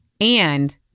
and-